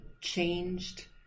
changed